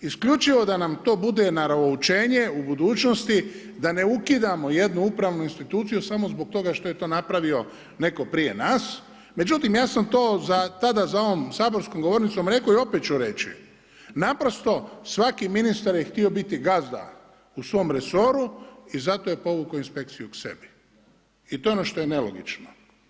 Isključivo da nam to bude ... u budućnosti da ne ukidamo jednu upravnu instituciju samo zbog toga što je to napravio netko prije nas, međutim ja sam to tada za ovom saborskom govornicom rekao i opet ću reći, naprosto svaki ministar je htio biti gazda u svom resoru i zato je povukao inspekciju sebi i to je ono što je nelogično.